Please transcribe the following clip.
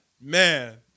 Man